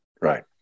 Right